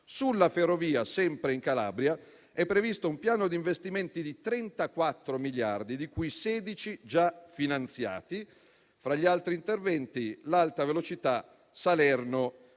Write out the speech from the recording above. Sulla ferrovia, sempre in Calabria, è previsto un piano di investimenti di 34 miliardi, di cui 16 già finanziati. Fra gli altri interventi, l'alta velocità Salerno-Reggio